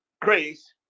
grace